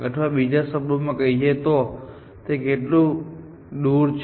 અથવા બીજા શબ્દોમાં કહીએ તો તે કેટલું દૂર છે